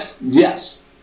yes